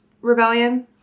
Rebellion